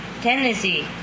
Tennessee